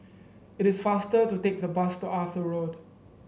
it is faster to take the bus to Arthur Road